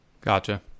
Gotcha